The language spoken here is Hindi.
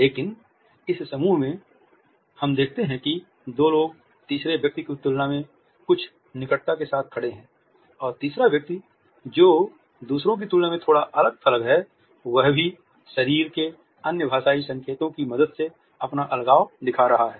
लेकिन इस समूह में हम देखते हैं कि दो लोग तीसरे व्यक्ति की तुलना में कुछ निकटता के साथ खड़े हैं और तीसरा व्यक्ति जो दूसरों की तुलना में थोड़ा अलग थलग है वह भी शरीर के अन्य भाषाई संकेतों की मदद से अपना अलगाव दिखा रहा है